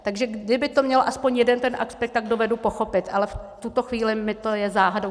Takže kdyby to mělo aspoň jeden ten aspekt, tak to dovedu pochopit, ale v tuto chvíli mi to je záhadou.